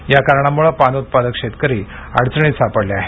या कारणामुळे पान उत्पादक शेतकरी अडचणीत सापडले आहेत